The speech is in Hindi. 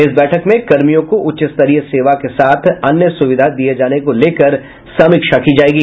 इस बैठक में कर्मियों को उच्चस्तरीय सेवा के साथ अन्य सुविधा दिये जाने को लेकर समीक्षा की जायेगी